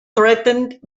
threatened